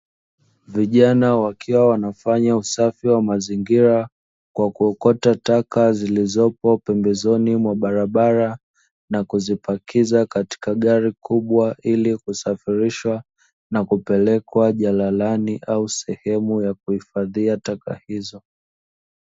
Vijana wakiwa wanafanya usafi wa mazingira kwa kuokota taka zilizopo pembezoni mwa barabara na kuzipakiza katika gari kubwa, ili kusafirishwa na kupelekwa jalalani au sehemu ya kuhifadhia taka hizo.